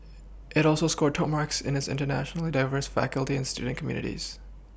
it also scored top marks in its internationally diverse faculty and student communities